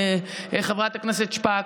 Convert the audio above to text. חברת הכנסת שפק,